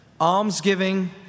Almsgiving